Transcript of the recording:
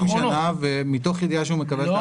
הוא כבר השכיר 20 שנים ומתוך ידיעה שהוא מקבל 11 אחוזים.